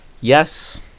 Yes